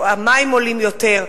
המים עולים יותר,